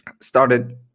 started